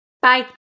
Bye